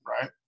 right